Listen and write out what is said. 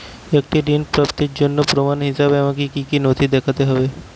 একটি ঋণ প্রাপ্তির জন্য প্রমাণ হিসাবে আমাকে কী কী নথি দেখাতে হবে?